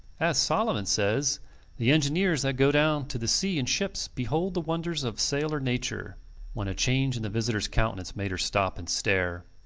as solomon says the engineers that go down to the sea in ships behold the wonders of sailor nature when a change in the visitors countenance made her stop and stare.